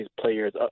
players